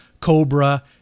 cobra